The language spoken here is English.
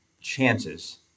chances